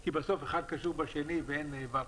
כי בסוף אחד קשור בשני ואין ואקום.